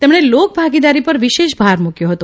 તેમણે લોકભાગીદારી પર વિશેષ ભાર મૂક્યો હતો